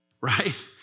right